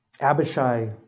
Abishai